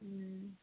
ꯎꯝ